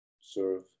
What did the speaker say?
serve